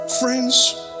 Friends